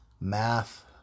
math